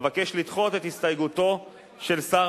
אבקש לדחות את הסתייגותו של שר